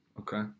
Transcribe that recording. Okay